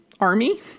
army